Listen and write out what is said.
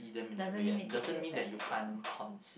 doesn't mean it could be a bad idea